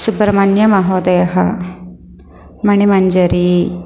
सुब्रह्मण्यमहोदयः Manimanjari